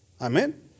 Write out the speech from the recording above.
Amen